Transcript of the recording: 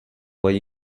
why